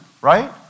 right